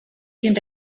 sin